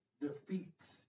defeat